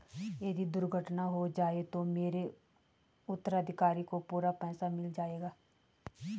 यदि दुर्घटना हो जाये तो मेरे उत्तराधिकारी को पूरा पैसा मिल जाएगा?